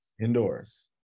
indoors